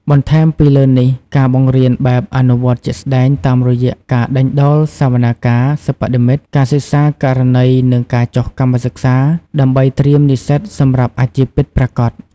បន្ថែមពីលើនេះការបង្រៀនបែបអនុវត្តជាក់ស្តែងតាមរយៈ ការដេញដោលសវនាការសិប្បនិម្មិត ការសិក្សាករណី និងការចុះកម្មសិក្សា ដើម្បីត្រៀមនិស្សិតសម្រាប់អាជីពពិតប្រាកដ។